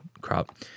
crap